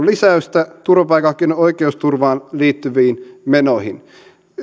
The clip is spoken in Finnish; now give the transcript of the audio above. lisäystä turvapaikanhakijoiden oikeusturvaan liittyviin menoihin